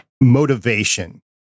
motivation